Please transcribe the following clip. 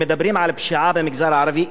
אם מדברים על פשיעה במגזר הערבי,